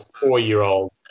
four-year-old